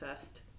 first